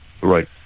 Right